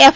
F